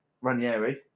Ranieri